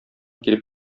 килеп